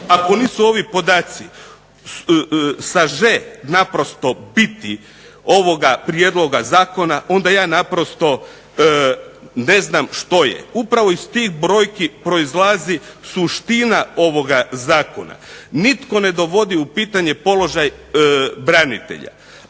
ako nisu ovi podaci saže naprosto biti ovoga prijedloga zakona onda ja naprosto ne znam što je. Upravo iz tih brojki proizlazi suština ovoga zakona. Nitko ne dovodi u pitanje položaj branitelja,